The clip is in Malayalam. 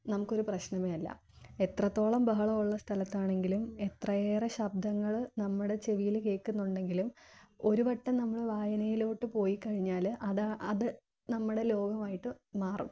നമുക്കൊരു പ്രശ്നമേയല്ല എത്രത്തോളം ബഹളമുള്ള സ്ഥലത്താണെങ്കിലും എത്രയേറെ ശബ്ദങ്ങൾ നമ്മുടെ ചെവിയിൽ കേൾക്കുന്നുണ്ടെങ്കിലും ഒരു വട്ടം നമ്മൾ വായനയിലോട്ടു പോയിക്കഴിഞ്ഞാൽ അതാ അതു നമ്മുടെ ലോകമായിട്ടു മാറും